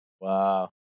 Wow